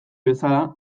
bezala